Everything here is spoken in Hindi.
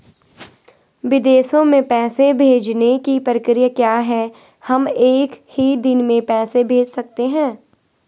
विदेशों में पैसे भेजने की प्रक्रिया क्या है हम एक ही दिन में पैसे भेज सकते हैं?